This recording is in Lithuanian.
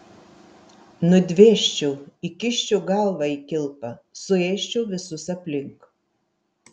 nudvėsčiau įkiščiau galvą į kilpą suėsčiau visus aplink